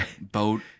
boat